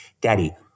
Daddy